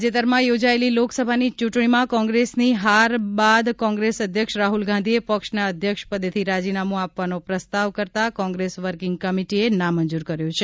તાજેતરમાં યોજાયેલી લોકસભાની ચૂંટણીમાં કોંગ્રેસની હાર બાદ કોંગ્રેસ અધ્યક્ષ રાહુલ ગાંધીએ પક્ષના અધ્યક્ષપદેથી રાજીનામું આપવાનો પ્રસ્તાવ કરતાં કોંગ્રેસ વર્કીંગ કમિટીએ નામંજૂર કર્યો છે